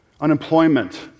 unemployment